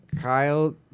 Kyle